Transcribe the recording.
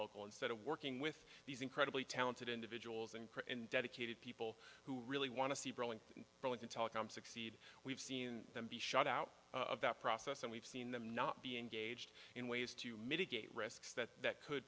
local instead of working with these incredibly talented individuals and dedicated people who really want to see rolling rolling in telecom succeed we've seen them be shut out of that process and we've seen them not be engaged in ways to mitigate risks that that could